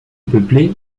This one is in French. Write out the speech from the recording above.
peuplée